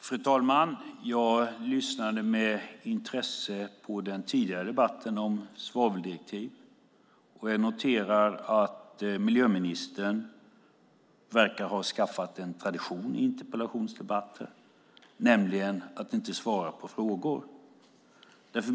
Fru talman! Jag lyssnade med intresse på den tidigare debatten om svaveldirektiv. Jag noterar att miljöministern verkar ha skaffat sig en tradition i interpellationsdebatter, nämligen att inte svara på frågor.